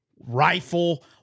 rifle